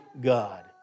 God